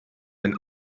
den